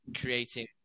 Creating